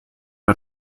war